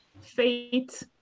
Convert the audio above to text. fate